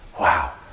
wow